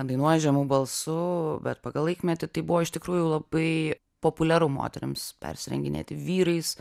dainuoja žemu balsu bet pagal laikmetį tai buvo iš tikrųjų labai populiaru moterims persirenginėti vyrais